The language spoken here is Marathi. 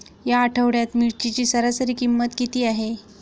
या आठवड्यात मिरचीची सरासरी किंमत किती आहे?